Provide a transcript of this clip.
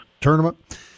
tournament